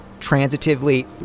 transitively